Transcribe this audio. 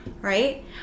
Right